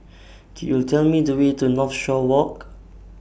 Could YOU Tell Me The Way to Northshore Walk